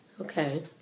Okay